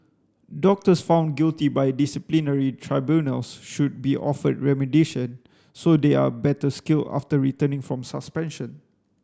doctors found guilty by disciplinary tribunals should be offered remediation so they are better skilled after returning from suspension